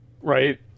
right